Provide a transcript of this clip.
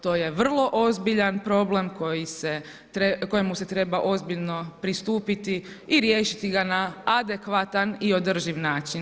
To je vrlo ozbiljan problem kojemu se treba ozbiljno pristupiti i riješiti ga na adekvatan i održiv način.